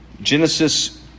Genesis